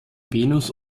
venus